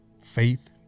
faith